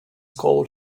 called